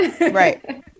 Right